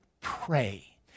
pray